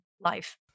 life